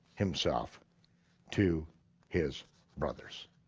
himself to his brothers.